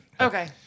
Okay